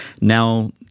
Now